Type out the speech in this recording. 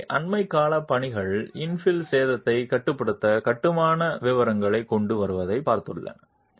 எனவே அண்மைக்காலப் பணிகள் இன்ஃபில் சேதத்தைக் கட்டுப்படுத்த கட்டுமான விவரங்களைக் கொண்டு வருவதைப் பார்த்துள்ளன